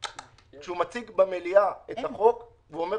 כשהוא מציג במליאה את החוק והוא אומר